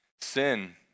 Sin